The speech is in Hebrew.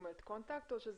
כל